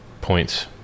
points